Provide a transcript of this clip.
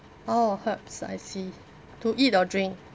orh herbs I see to eat or drink